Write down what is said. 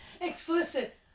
explicit